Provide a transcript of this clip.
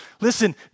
Listen